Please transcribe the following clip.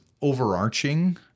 overarching